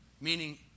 Meaning